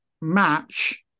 match